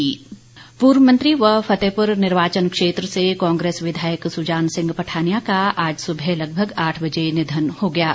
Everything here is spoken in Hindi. पठानिया निधन पूर्व मंत्री व फतेहपुर निर्वाचन क्षेत्र से कांग्रेस विधायक सुजान सिंह पठानिया का आज सुबह लगभग आठ बजे निघन हो गया है